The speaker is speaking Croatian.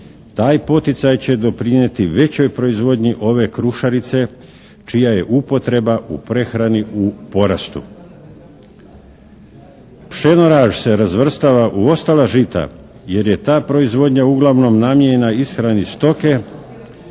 Taj poticaj će doprinijeti većoj proizvodnji ove krušarice čija je upotreba u prehrani u porastu. Pšeno-raž se razvrstava u ostala žita jer je ta proizvodnja uglavnom namijenjena ishrani stoke